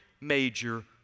major